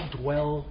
dwell